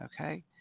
Okay